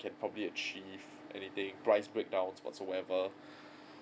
can probably achieve anything price breakdown whatsoever